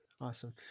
awesome